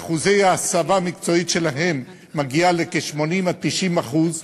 ואחוזי ההסבה המקצועית שלהם מגיעים ל-80% 90%,